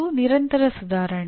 ಅದು ನಿರಂತರ ಸುಧಾರಣೆ